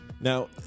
Now